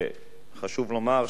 חשוב לומר שההוזלה,